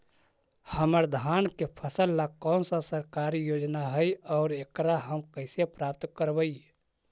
हमर धान के फ़सल ला कौन सा सरकारी योजना हई और एकरा हम कैसे प्राप्त करबई?